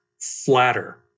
flatter